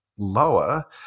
lower